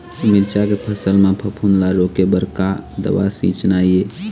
मिरचा के फसल म फफूंद ला रोके बर का दवा सींचना ये?